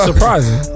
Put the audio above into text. Surprising